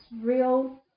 real